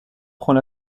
prend